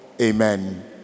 Amen